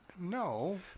no